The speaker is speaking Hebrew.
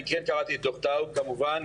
אני כן קראתי דוח טאוב כמובן,